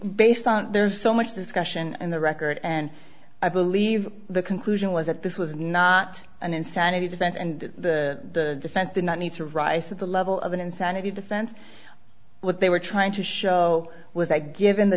based on there's so much discussion on the record and i believe the conclusion was that this was not an insanity defense and the defense did not need to rise to the level of an insanity defense what they were trying to show was i given the